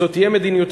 זו תהיה מדיניותנו,